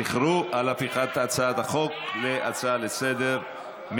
זכרו, על הפיכת הצעת החוק להצעה לסדר-היום.